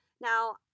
Now